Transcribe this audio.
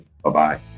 Bye-bye